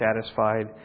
satisfied